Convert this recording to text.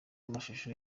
amashusho